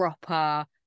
proper